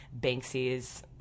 Banksy's